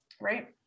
right